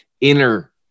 inner